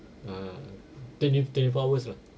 ah twenty twenty four hours lah